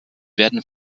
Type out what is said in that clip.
werden